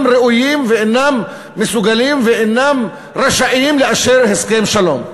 ראויות ואינן מסוגלות ואינן רשאיות לאשר הסכם שלום.